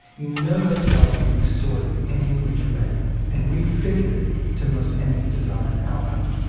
you know those cells can be sorted any which way and refigured to most any desired outcome